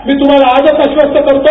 मी तुम्हाला आजच आश्वस्थ करतो